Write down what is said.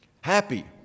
Happy